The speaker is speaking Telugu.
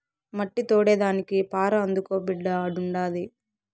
మట్టి తోడేదానికి పార అందుకో బిడ్డా ఆడుండాది